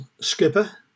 skipper